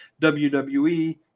WWE